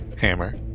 hammer